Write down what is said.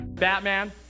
Batman